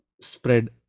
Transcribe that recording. spread